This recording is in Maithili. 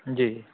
जी